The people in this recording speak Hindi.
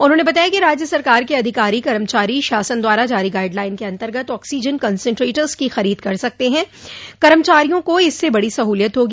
उन्होंने बताया कि राज्य सरकार के अधिकारी कर्मचारी शासन द्वारा जारीगाइड लाइन के अन्तर्गत ऑक्सीजन कंसन्ट्रेटर्स की खरीद कर सकते हैं कर्मचारियों को इससे बड़ी सहूलियत होगी